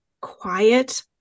quiet